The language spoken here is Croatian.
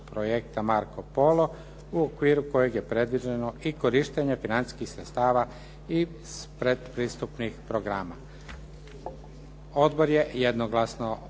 projekta "Marco Polo" u okviru kojeg je predviđeno i korištenje financijskih sredstava iz predpristupnih programa. Odbor je jednoglasno